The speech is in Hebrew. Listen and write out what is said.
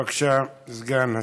בבקשה, סגן השר.